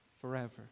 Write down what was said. forever